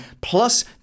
plus